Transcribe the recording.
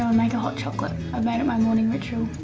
make a hot chocolate. i've made it my morning ritual,